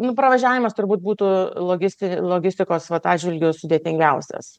nu pravažiavimas turbūt būtų logisti logistikos atžvilgiu sudėtingiausias